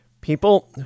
People